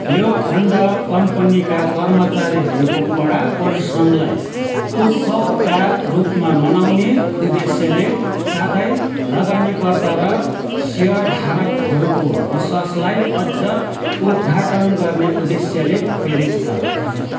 यो खण्ड कम्पनीका कर्मचारीहरूको कडा परिश्रमलाई उत्सवका रूपमा मनाउने उद्देश्यले साथै लगानीकर्ता र सेयरधारकहरूको विश्वासलाई अझ उद्घाटन गर्ने उद्देश्यले प्रेरित छ